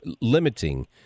limiting